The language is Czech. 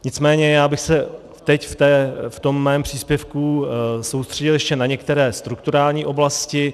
Nicméně já bych se teď ve svém příspěvku soustředil ještě na některé strukturální oblasti.